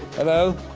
hello?